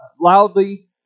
loudly